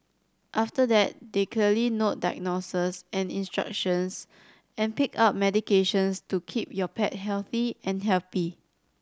after that they note diagnoses and instructions and pick up medications to keep your pet healthy and happy